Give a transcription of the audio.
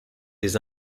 des